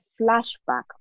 flashback